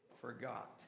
forgot